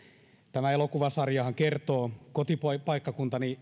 tämä elokuvasarjahan kertoo kotipaikkakuntani